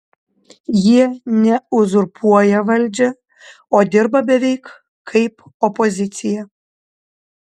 jie ne uzurpuoja valdžią o dirba beveik kaip opozicija